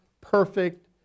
perfect